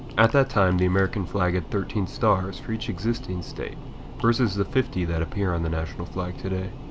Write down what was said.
at that time, the american flag had thirteen stars for each existing state versus the fifty that appear on the national flag today.